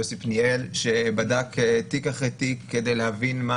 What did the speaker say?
יוסי פניאל שבדק תיק אחרי תיק כדי להבין מה